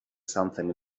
something